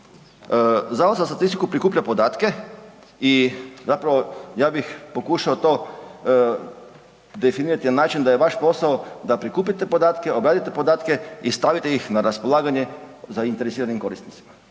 Zavod za statistiku prikuplja podatke i zapravo ja bih pokušao to definirati na način da je vaš posao da prikupite podatke, obradite u podatke i stavite ih na raspolaganje zainteresiranim korisnicima.